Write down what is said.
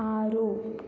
ఆరు